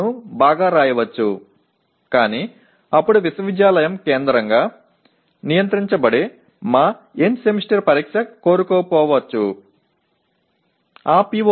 ஆனால் பல்கலைக்கழகத்தால் மையமாகக் கட்டுப்படுத்தப்படும் நமது இறுதி செமஸ்டர் தேர்வு அந்த பி